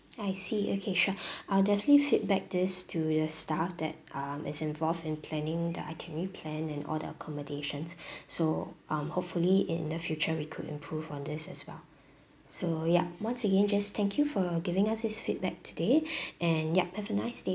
I see okay sure I'll definitely feedback this to the staff that um is involved in planning the itinerary plan and all the accommodations so um hopefully in the future we could improve on this as well so ya once again just thank you for giving us this feedback today and yup have a nice day